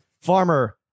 farmer